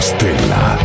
Stella